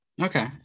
Okay